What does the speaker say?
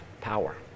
power